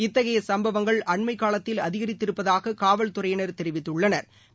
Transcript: இத்தகையசம்பவங்கள் அண்மைகாலத்தில் அதிகரித்திருப்பதாககாவல்துறையினா் தெரிவித்தனா்